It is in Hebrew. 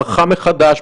המכסה הזו שהחוק קבע לכם,